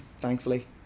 thankfully